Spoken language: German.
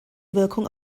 wirkung